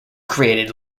created